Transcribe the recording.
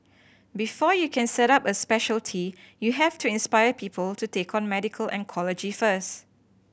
before you can set up a speciality you have to inspire people to take on medical oncology first